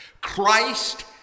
Christ